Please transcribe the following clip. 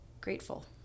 grateful